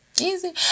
Easy